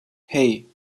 hey